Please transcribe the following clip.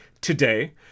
Today